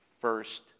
first